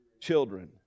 children